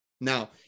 Now